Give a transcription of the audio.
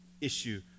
issue